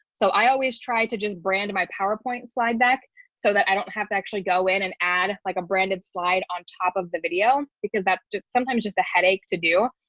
so i always try to just brand my powerpoint slide back so that i don't have to actually go in and add like a branded slide on top of the video because that's just sometimes just a headache to do.